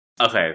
Okay